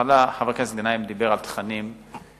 בהתחלה חבר הכנסת גנאים דיבר על תכנים בכלל,